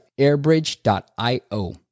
airbridge.io